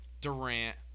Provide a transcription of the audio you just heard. Durant